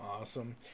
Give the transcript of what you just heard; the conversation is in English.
awesome